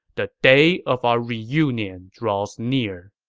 the day of our reunion draws near.